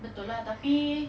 betul lah tapi